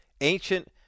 ancient